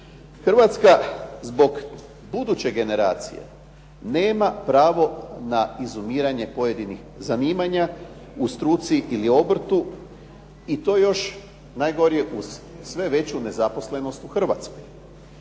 Hrvatska zbog buduće generacije nema pravo na izumiranje pojedinih zanimanja u struci ili obrtu i to još najgore uz sve veću nezaposlenost u Hrvatskoj.